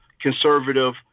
conservative